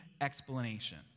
explanation